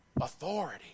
authority